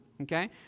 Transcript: Okay